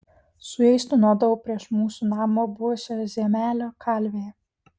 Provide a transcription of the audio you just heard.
su jais tūnodavau prieš mūsų namą buvusioje ziemelio kalvėje